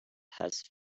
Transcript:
has